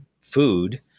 food